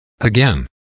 Again